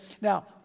Now